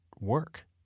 work